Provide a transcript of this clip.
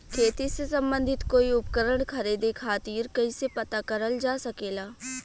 खेती से सम्बन्धित कोई उपकरण खरीदे खातीर कइसे पता करल जा सकेला?